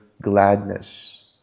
gladness